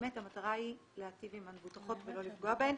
באמת המטרה היא להיטיב עם המבוטחות ולא לפגוע בהן.